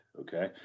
Okay